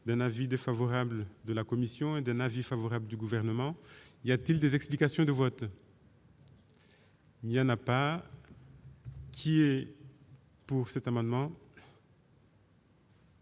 d'un avis défavorable de la commission est d'un avis favorable du gouvernement il y a-t-il des explications de vote. Il y a maintenant. Pour cet amendement.